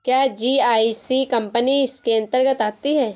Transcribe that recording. क्या GIC company इसके अन्तर्गत आती है?